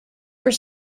were